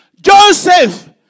Joseph